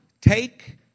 take